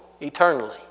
eternally